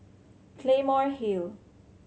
Claymore Hill